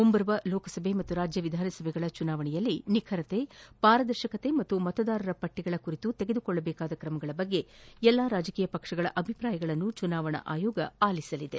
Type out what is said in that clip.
ಮುಂಬರುವ ಲೋಕಸಭೆ ಹಾಗೂ ರಾಜ್ಯ ವಿಧಾನಸಭೆಗಳ ಚುನಾವಣೆಯಲ್ಲಿ ನಿಖರತೆ ಪಾರದರ್ಶಕತೆ ಮತ್ತು ಮತದಾರರ ಪಟ್ಟಗಳ ಕುರಿತು ತೆಗೆದುಕೊಳ್ಳಬೇಕಾದ ಕ್ರಮಗಳ ಬಗ್ಗೆ ಎಲ್ಲಾ ರಾಜಕೀಯ ಪಕ್ಷಗಳ ಅಭಿಪ್ರಾಯಗಳನ್ನು ಚುನಾವಣಾ ಆಯೋಗ ಆಲಿಸಲಿದೆ